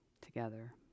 together